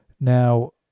now